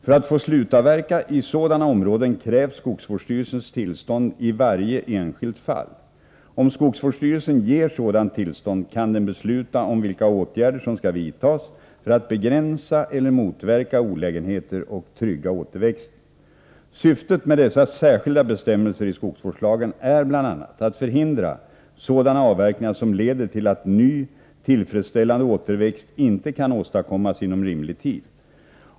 För att man skall få slutavverka i sådana områden krävs skogsvårdsstyrelsens tillstånd i varje enskilt fall. Om skogsvårdsstyrelsen ger sådant tillstånd kan den besluta om vilka åtgärder som skall vidtas för att begränsa eller motverka olägenheter och trygga återväxten. Syftet med dessa särskilda bestämmelser i skogsvårdslagen är bl.a. att förhindra sådana avverkningar som leder till att ny, tillfredsställande återväxt inte kan åstadkommas inom rimlig tid.